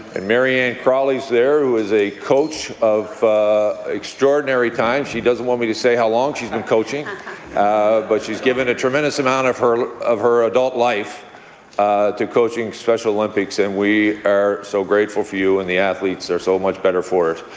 and mary ann crowley is there, who is a coach of an extraordinary time she doesn't want me to say how long she has been coaching but she has given a tremendous amount of her of her adult life to coaching special olympics. and we are so grateful for you, and the athletes are so much better for it.